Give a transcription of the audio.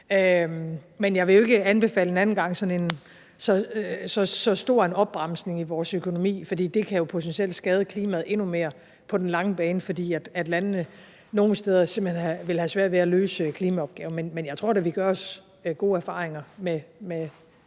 Men jeg vil jo ikke en anden gang anbefale en så stor opbremsning i vores økonomi, for det kan potentielt skade klimaet endnu mere på den lange bane, fordi landene nogle steder simpelt hen vil have svært ved at løse klimaopgaven, men jeg tror da, at vi gør os gode erfaringer med noget